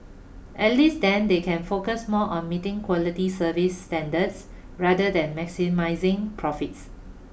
at least then they can focus more on meeting quality service standards rather than maximising profits